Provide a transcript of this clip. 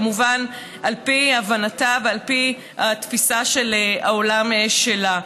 כמובן על פי הבנתה ועל פי תפיסת העולם שלה.